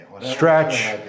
stretch